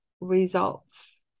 results